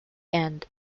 end